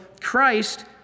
Christ